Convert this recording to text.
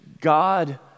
God